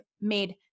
made